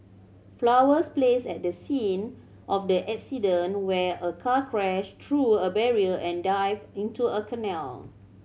flowers placed at the scene of the accident where a car crashed through a barrier and dived into a canal